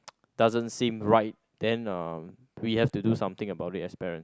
doesn't seem right uh then we have to do something about it as parent